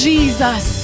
Jesus